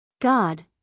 God